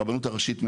הרבנות הראשית,